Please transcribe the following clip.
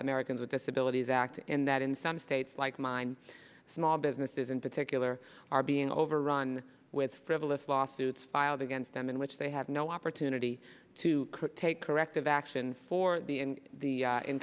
americans with disabilities act and that in some states like mine small businesses in particular are being overrun with frivolous lawsuits filed against them in which they have no opportunity to take corrective action for the in the